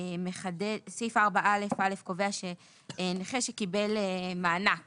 סעיף 4א(א) קובע שנכה שקיבל מענק